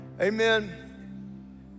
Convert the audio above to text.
amen